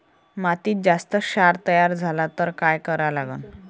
मातीत जास्त क्षार तयार झाला तर काय करा लागन?